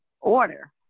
order